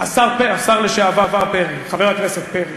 השר לשעבר פרי, חבר הכנסת פרי.